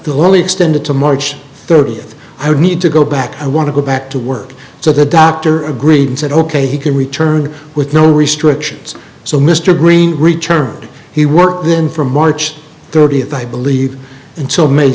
the only extended to march thirtieth i would need to go back i want to go back to work so the doctor agreed and said ok he can return with no restrictions so mr green returned he worked then from march thirtieth i believe until may